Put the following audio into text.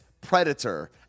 Predator